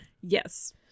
Yes